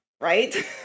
right